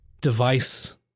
device